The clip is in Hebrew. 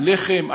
על לחם,